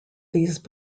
these